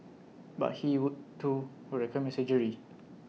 but he would too would recommend surgery